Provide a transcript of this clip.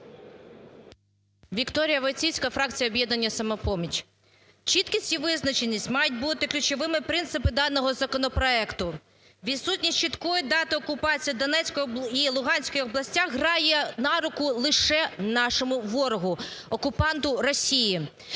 Вікторія Войціцька, фракція "Об'єднання "Самопоміч". Чіткість і визначеність мають бути ключовими принципами даного законопроекту. Відсутність чіткої дати окупації Донецької і Луганської областях грає на руку лише нашому ворогу, окупанту Росії.